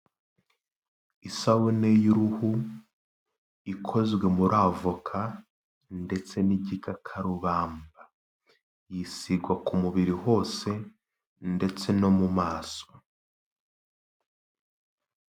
Isabune y'uruhu, ikozwe muri avoka ndetse n'igikakarubamba, yisigwa ku mubiri hose ndetse no mu maso.